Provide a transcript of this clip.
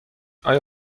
آیا